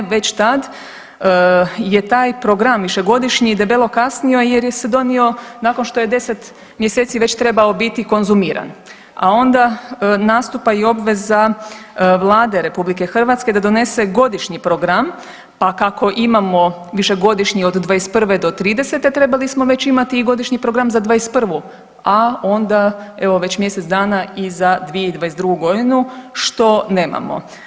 Već tad je taj program višegodišnji debelo kasnio jer se je donio nakon što je 10 mjeseci već trebao biti konzumiran, a onda nastupa i obveza Vlade RH da donese godišnji program, pa kako imamo višegodišnji od '21. do '30. trebali smo već imati i godišnji program za '21., a onda evo već mjesec dana i za 2022.g., što nemamo.